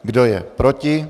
Kdo je proti?